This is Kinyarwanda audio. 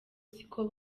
siko